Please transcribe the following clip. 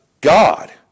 God